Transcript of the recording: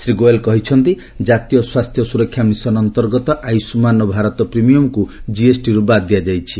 ଶ୍ରୀ ଗୋଏଲ କହିଛନ୍ତି ଜାତୀୟ ସ୍ୱାସ୍ଥ୍ୟ ସୁରକ୍ଷା ମିଶନ ଅନ୍ତର୍ଗତ ଆୟୁଷ୍ରାନ ଭାରତ ପ୍ରିମିୟମକୁ ଜିଏସଟିରୁ ବାଦ ୍ ଦିଆଯାଇଛି